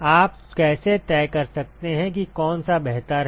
आप कैसे तय कर सकते हैं कि कौन सा बेहतर है